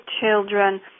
children